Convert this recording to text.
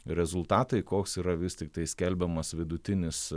rezultatai koks yra vis tiktai skelbiamas vidutinis